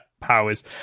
powers